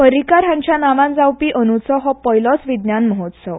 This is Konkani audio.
परीकार हांच्या नांवान जावपी अंदंचो हो पयलोच विज्ञान महोत्सव